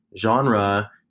genre